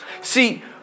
See